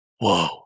Whoa